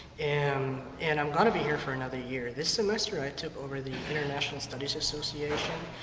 and um and i'm going to be here for another year. this semester i took over the international studies association.